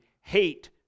hate